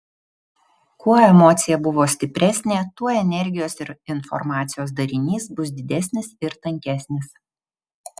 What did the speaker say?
kuo emocija buvo stipresnė tuo energijos ir informacijos darinys bus didesnis ir tankesnis